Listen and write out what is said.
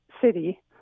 city